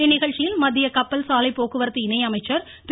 இந்நிகழ்ச்சியில் மத்திய கப்பல் சாலை போக்குவரத்து இணை அமைச்சர் திரு